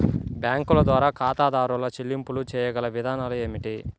బ్యాంకుల ద్వారా ఖాతాదారు చెల్లింపులు చేయగల విధానాలు ఏమిటి?